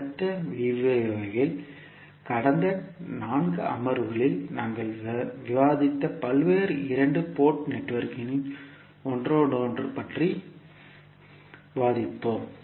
அடுத்த விரிவுரையில் கடந்த 4 அமர்வுகளில் நாங்கள் விவாதித்த பல்வேறு இரண்டு போர்ட் நெட்வொர்க்குகளின் ஒன்றோடொன்று பற்றி விவாதிப்போம்